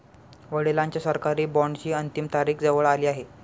वडिलांच्या सरकारी बॉण्डची अंतिम तारीख जवळ आली आहे